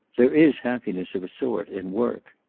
there is happiness, of a sort, in work.